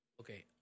Okay